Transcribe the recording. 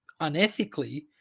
unethically